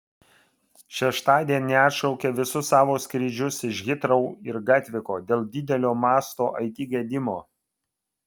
šeštadienį atšaukė visus savo skrydžius iš hitrou ir gatviko dėl didelio masto it gedimo